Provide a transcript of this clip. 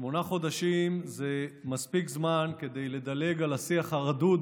שמונה חודשים זה מספיק זמן לדלג על השיח הרדוד